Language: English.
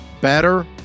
better